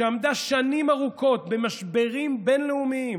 שעמדה שנים ארוכות במשברים בין-לאומיים